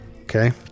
okay